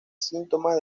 síntomas